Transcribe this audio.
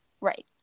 Right